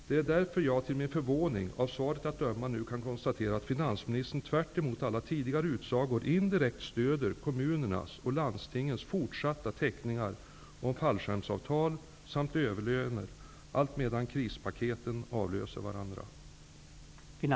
Det är därför jag till min förvåning av svaret att döma nu kan konstatera att finansministern tvärtemot alla tidigare utsagor indirekt stöder kommunernas och landstingens fortsatta teckningar av fallskärmsavtal samt överlöner, alltmedan krispaketen avlöser varandra.